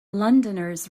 londoners